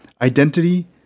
identity